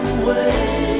away